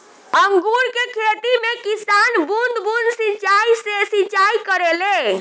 अंगूर के खेती में किसान बूंद बूंद सिंचाई से सिंचाई करेले